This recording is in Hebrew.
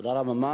תודה רבה.